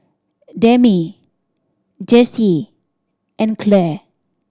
Demi Jessye and Clare